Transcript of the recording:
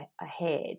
ahead